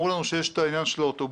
כי אמרו לנו שיש את העניין של האוטובוסים